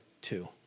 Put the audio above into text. two